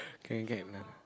can get or not